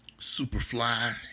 superfly